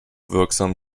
wirksam